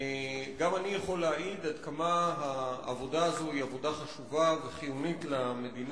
גם אני יכול להעיד עד כמה העבודה הזאת היא עבודה חשובה וחיונית למדינה,